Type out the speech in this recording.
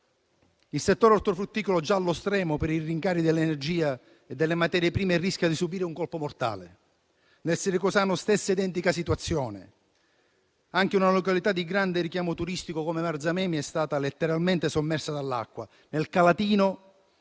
Il settore ortofrutticolo, già allo stremo per i rincari dell'energia e delle materie prime, rischia di subire un colpo mortale. Nel siracusano c'è la stessa identica situazione. Anche una località di grande richiamo turistico come Marzamemi è stata letteralmente sommersa dall'acqua. Nel Calatino